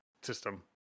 system